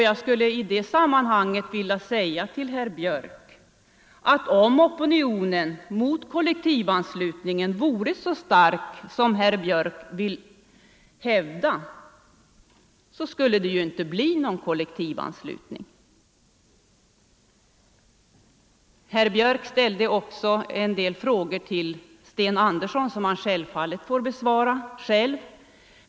Jag skulle i det sammanhanget vilja säga till herr Björck i Nässjö att om opinionen mot kollektivanslutningen vore så stark som herr Björck vill hävda, skulle det inte bli någon kollektivanslutning. Herr Björck ställde också en del frågor till herr Sten Andersson i Stockholm som denne får. besvara själv.